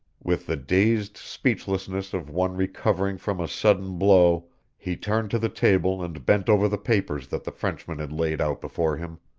with the dazed speechlessness of one recovering from a sudden blow he turned to the table and bent over the papers that the frenchman had laid out before him.